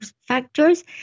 factors